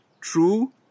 True